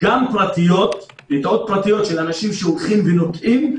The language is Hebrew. גם פרטיות של אנשים שהולכים ונוטעים,